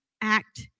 act